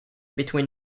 between